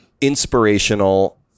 inspirational